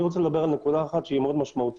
אני רוצה לדבר על שתי נקודות שהן מאוד משמעותיות.